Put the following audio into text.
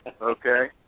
Okay